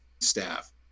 staff